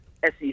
SEC